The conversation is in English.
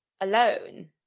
alone